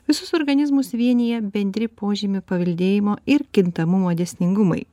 visus organizmus vienija bendri požymių paveldėjimo ir kintamumo dėsningumai